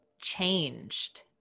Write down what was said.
changed